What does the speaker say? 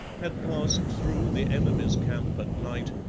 had passed through the enemy's camp at night,